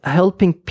helping